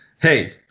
Hey